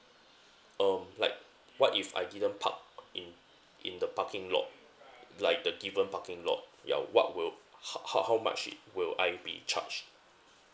um like what if I didn't park in in the parking lot like the given parking lot ya what would how how how much it will I be charged